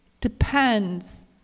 depends